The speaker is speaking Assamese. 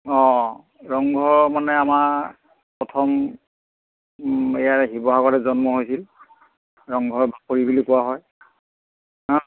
অঁ ৰংঘৰ মানে আমাৰ প্ৰথম ইয়াৰ শিৱসাগৰতে জন্ম হৈছিল ৰংঘৰ বাকৰি বুলি কোৱা হয় হা